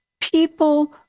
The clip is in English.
people